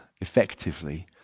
effectively